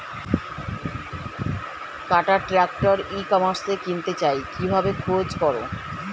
কাটার tractor ই কমার্সে কিনতে চাই কিভাবে খোঁজ করো?